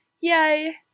Yay